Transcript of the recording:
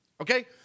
okay